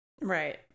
Right